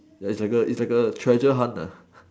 is like a is like a treasure hunt